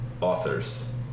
authors